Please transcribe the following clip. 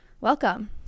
Welcome